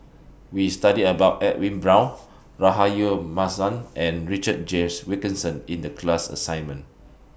We studied about Edwin Brown Rahayu Mahzam and Richard James Wilkinson in The class assignment